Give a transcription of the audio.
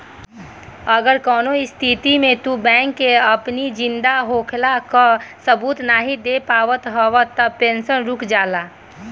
अगर कवनो स्थिति में तू बैंक के अपनी जिंदा होखला कअ सबूत नाइ दे पावत हवअ तअ पेंशन रुक जाला